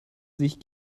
sich